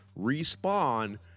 respawn